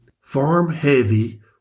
Farm-heavy